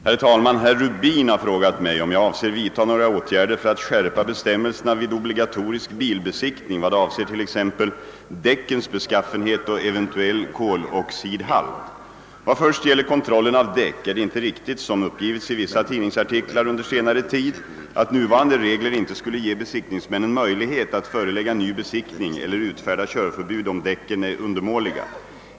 Herr talman! Herr Rubin har frågat mig, om jag avser vidta några åtgärder för att skärpa bestämmelserna vid obligatorisk bilbesiktning vad avser t.ex. däckens beskaffenhet och eventuell koloxidhalt. Vad först gäller kontrollen av däck är det inte riktigt som uppgivits i vissa tidningsartiklar under senare tid, att nuvarande regler inte skulle ge besiktningsmännen möjlighet att förelägga ny besiktning eller utfärda körförbud, om däcken är undermåliga.